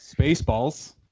Spaceballs